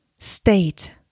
state